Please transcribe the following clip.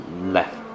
left